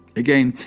again,